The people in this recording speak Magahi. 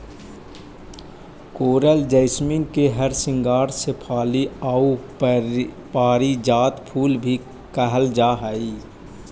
कोरल जैसमिन के हरसिंगार शेफाली आउ पारिजात फूल भी कहल जा हई